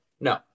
No